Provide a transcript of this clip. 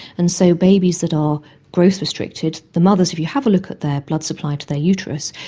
and so babies that are growth restricted, the mothers, if you have a look at their blood supply to their uterus,